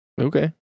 Okay